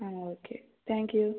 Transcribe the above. ആ okay thank you